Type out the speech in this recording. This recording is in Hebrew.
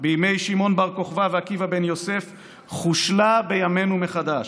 בימי שמעון בר-כוכבא ועקיבא בן-יוסף חושלה בימינו מחדש,